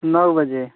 नौ बजे